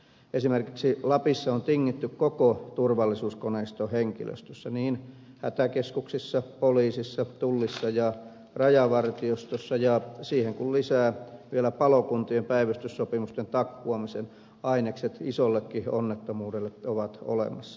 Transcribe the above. esimerkiksi lapissa on tingitty koko turvallisuuskoneiston henkilöstössä niin hätäkeskuksissa poliisissa tullissa kuin rajavartiostossa ja kun siihen lisää vielä palokuntien päivystyssopimusten takkuamisen ainekset isoonkin onnettomuuteen ovat olemassa